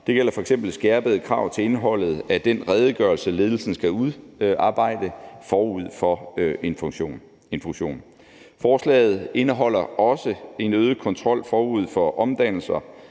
Det gælder f.eks. skærpede krav til indholdet af den redegørelse, ledelsen skal udarbejde forud for en fusion. Forslaget indeholder også en øget kontrol forud for omdannelser,